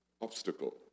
obstacle